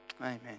Amen